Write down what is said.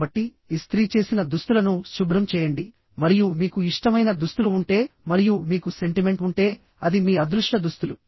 కాబట్టి ఇస్త్రీ చేసిన దుస్తులను శుభ్రం చేయండి మరియు మీకు ఇష్టమైన దుస్తులు ఉంటే మరియు మీకు సెంటిమెంట్ ఉంటే అది మీ అదృష్ట దుస్తులు